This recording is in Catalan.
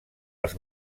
els